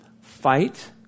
fight